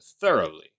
thoroughly